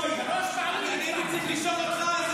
אינו נוכח מירב כהן,